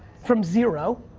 from zero.